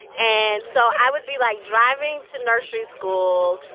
and so i would be, like, driving to nursery school.